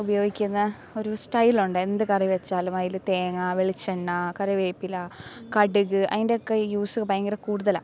ഉപയോഗിക്കുന്ന ഒരു സ്റ്റൈലുണ്ട് എന്ത് കറി വെച്ചാലും അതിൽ തേങ്ങാ വെളിച്ചെണ്ണ കറിവേപ്പില കടുക് അതിൻ്റെയൊക്കെ യൂസ് ഭയങ്കര കൂടുതലാണ്